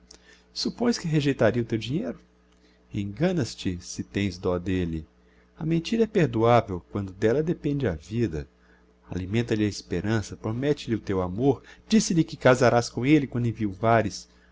suppões que rejeitaria o teu dinheiro enganas-te se tens dó d'elle a mentira é perdoavel quando d'ella depende a vida alimenta lhe a esperança promette lhe o teu amor dize-lhe que casarás com elle quando